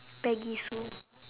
peggy sue